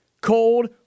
cold